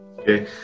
Okay